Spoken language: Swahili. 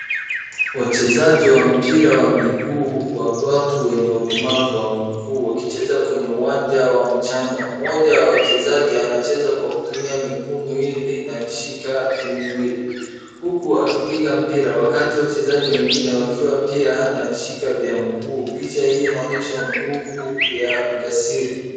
Wachezaji wa mpira wa miguu watu wenye ulemavu wa miguu wakicheza kwenye uwanja wa mchanga. Mmoja wa wachezaji anacheza kwa kutumia miguu miwili na vishika viwili huku akipiga mpira wakati wachezaji wengine wakiwa pia na vishika vya mguu. Picha hii inaonyesha nguvu ya ujasiri.